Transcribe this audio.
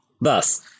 Thus